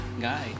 guy